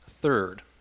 Third